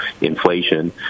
inflation